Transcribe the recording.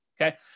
okay